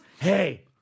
hey